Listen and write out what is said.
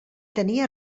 tenia